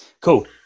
cool